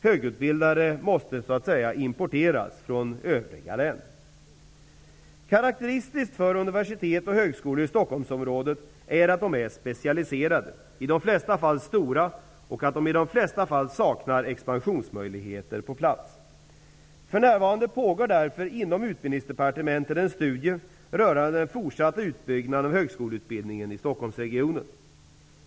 Högutbildade måste Stockholmsområdet är att de är specialiserade, i de flesta fall stora och att de i de flesta fall saknar expansionsmöjligheter på plats. För närvarande pågår inom Stockholmsregionen.